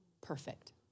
perfect